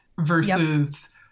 versus